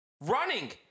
Running